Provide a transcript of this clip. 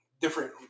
different